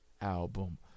album